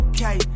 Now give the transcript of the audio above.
Okay